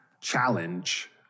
challenge